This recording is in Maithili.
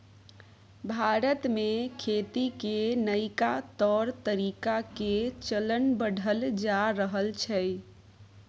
भारत में खेती के नइका तौर तरीका के चलन बढ़ल जा रहल छइ